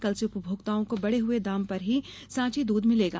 कल से उपभोक्ताओं को बड़े हुए दाम पर ही सांची दुध मिलेगा